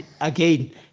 again